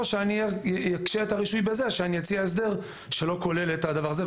או שנקשה את הרישוי בזה שנציע הסדר שלא כולל את הדבר הזה.